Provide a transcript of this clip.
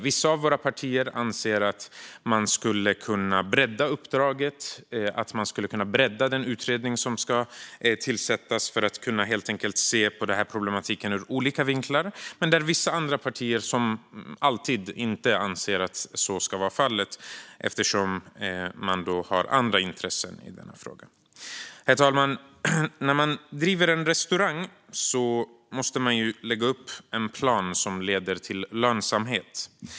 Vissa av våra partier anser att man kan bredda uppdraget och den utredning som ska tillsättas för att kunna se på problematiken ur olika vinklar, medan andra partier inte alltid anser att så ska vara fallet eftersom de har andra intressen i denna fråga. Herr talman! När man driver en restaurang måste man lägga upp en plan som leder till lönsamhet.